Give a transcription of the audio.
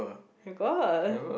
you got